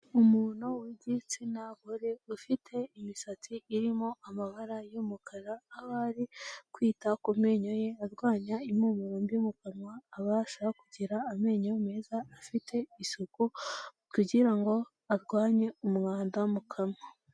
Umuntu w'igitsina gore ufite imisatsi irimo amabara y'umukara aho ari kwita ku menyo ye arwanya impumuro mbi mu kanwa. abasha kugira amenyo meza afite isuku kugira ngo arwanye umwanda mu kanwa.